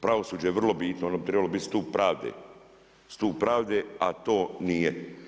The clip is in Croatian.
Pravosuđe je vrlo bitno, ono bi trebalo biti stup pravde, stup pravde a to nije.